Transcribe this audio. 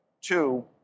Two